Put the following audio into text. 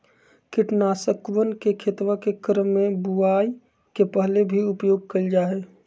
कीटनाशकवन के खेतवा के क्रम में बुवाई के पहले भी उपयोग कइल जाहई